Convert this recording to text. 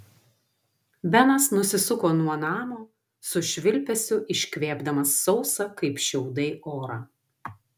benas nusisuko nuo namo su švilpesiu iškvėpdamas sausą kaip šiaudai orą